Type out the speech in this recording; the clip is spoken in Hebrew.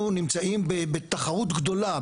אנחנו נמצאים בתחרות גדולה,